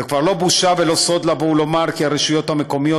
זה כבר לא בושה ולא סוד לומר כי הרשויות המקומיות